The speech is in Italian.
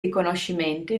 riconoscimenti